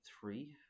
three